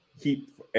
keep